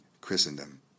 Christendom